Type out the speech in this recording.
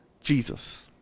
Jesus